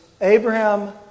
Abraham